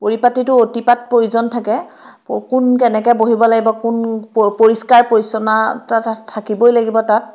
পৰিপাতিটো অতিপাত প্ৰয়োজন থাকে কোন কেনেকৈ বহিব লাগিব কোন পৰিষ্কাৰ পৰিচ্ছন্নতা থাকিবই লাগিব তাত